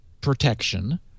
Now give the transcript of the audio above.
protection